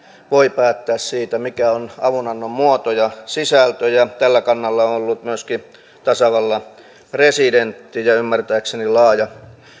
voi päättää siitä mikä on avunannon muoto ja sisältö tällä kannalla on ollut myöskin tasavallan presidentti ja ja ymmärtääkseni on laaja